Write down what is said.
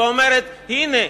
ואומרת: הנה,